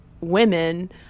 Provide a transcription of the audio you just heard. women